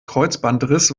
kreuzbandriss